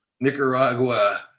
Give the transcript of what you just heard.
Nicaragua